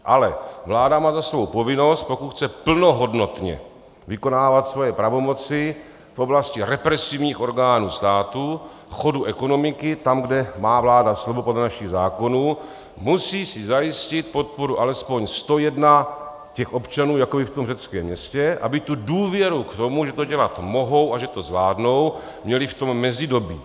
Ale vláda má za svou povinnost, pokud chce plnohodnotně vykonávat svoje pravomoci v oblasti represivních orgánů státu, chodu ekonomiky, tam, kde má vláda slovo podle našich zákonů, musí si zajistit podporu alespoň 101 těch občanů, jako je v tom řeckém městě, aby tu důvěru k tomu, že to dělat mohou a že to zvládnou, měli v tom mezidobí.